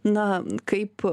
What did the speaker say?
na kaip